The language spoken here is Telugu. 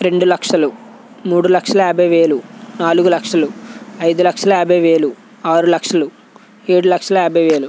రెండు లక్షలు మూడు లక్షల యాభై వేలు నాలుగు లక్షలు ఐదు లక్షల యాభై వేలు ఆరు లక్షలు ఏడు లక్షల యాభై వేలు